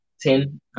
ten